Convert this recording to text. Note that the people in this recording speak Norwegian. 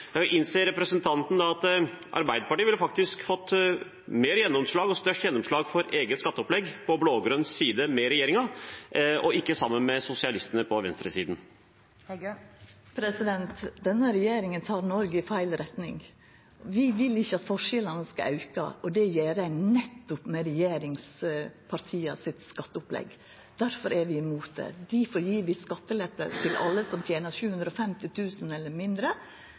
Innser representanten at Arbeiderpartiet faktisk ville fått mer gjennomslag – og størst gjennomslag – for eget skatteopplegg på blå-grønn side med regjeringen, og ikke sammen med sosialistene på venstresiden? Denne regjeringa tek Noreg i feil retning. Vi vil ikkje at forskjellane skal auka, og det gjer dei nettopp med skatteopplegget til regjeringspartia. Difor er vi imot det. Difor gjev vi skatteletter til alle som tener 750 000 kr eller mindre,